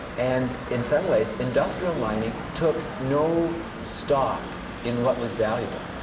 and in some ways, industrial mining took no stock in what was valuable.